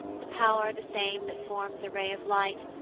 the pow'r the same that forms a ray of light,